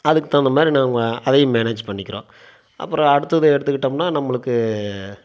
அதுக்கு தகுந்த மாதிரி நம்ம அதையும் மேனேஜ் பண்ணிக்கிறோம் அப்புறம் அடுத்தது எடுத்துக்கிட்டோம்னா நம்மளுக்கு